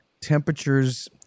temperatures